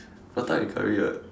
prata and Curry right